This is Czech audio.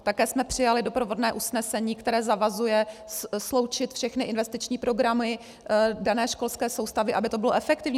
Také jsme přijali doprovodné usnesení, které zavazuje sloučit všechny investiční programy dané školské soustavy, aby to bylo efektivní.